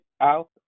out